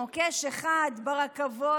מוקש אחד ברכבות,